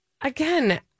Again